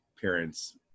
parents